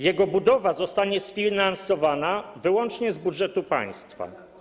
Jego budowa zostanie sfinansowana wyłącznie z budżetu państwa.